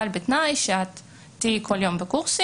אבל בתנאי שאת תהיי כל יום בקורסים.